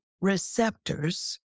receptors